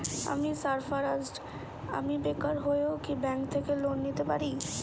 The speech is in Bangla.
আমি সার্ফারাজ, আমি বেকার হয়েও কি ব্যঙ্ক থেকে লোন নিতে পারি?